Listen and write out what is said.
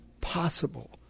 possible